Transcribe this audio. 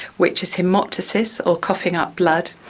which is haemoptysis or coughing up blood,